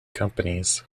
companies